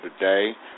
today